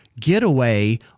getaway